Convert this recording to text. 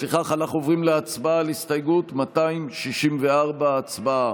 לפיכך אנחנו עוברים להצבעה על הסתייגות 264. הצבעה.